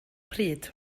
pryd